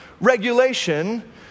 regulation